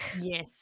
Yes